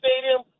stadium